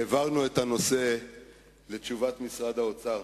העברנו את הנושא לתשובת משרד האוצר.